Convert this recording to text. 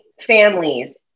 families